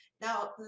Now